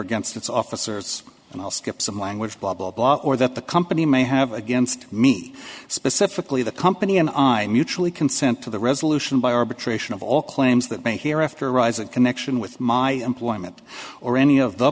against its officers and i'll skip some language blah blah blah or that the company may have against me specifically the company and i usually consent to the resolution by arbitration of all claims that they hear after rise in connection with my employment or any of the